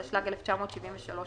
התשל"ג 1973,